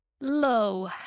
low